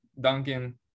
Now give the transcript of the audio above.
Duncan